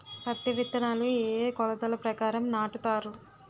పత్తి విత్తనాలు ఏ ఏ కొలతల ప్రకారం నాటుతారు?